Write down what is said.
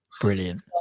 brilliant